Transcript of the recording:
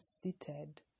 seated